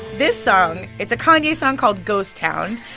this song it's a kanye song called ghost town.